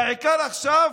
והעיקר עכשיו,